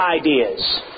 ideas